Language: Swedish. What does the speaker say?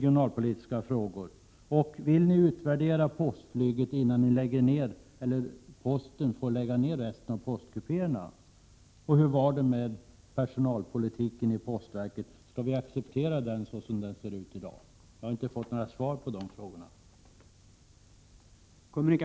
Vill kommunikationsministern låta utvärdera postflyget innan posten får lägga ned resten av postkupéerna? Och vidare: Skall vi acceptera postverkets personalpolitik som den ser ut i dag? Jag har inte fått några svar på de frågorna.